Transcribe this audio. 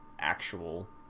actual